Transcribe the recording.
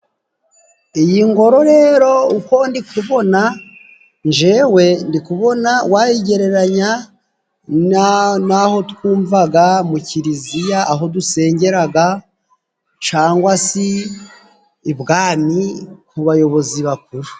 Iyi ngoro rero uko ndi kubona njewe ndikubona wayigereranya, naho twumvaga mu kiliziya aho dusengeraga, cangwa si ibwami ku bayobozi bakuru.